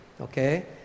okay